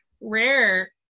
Rare